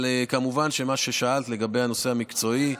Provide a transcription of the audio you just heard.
אבל כמובן, מה ששאלת, לגבי הנושא המקצועי,